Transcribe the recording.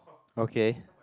okay